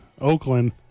Oakland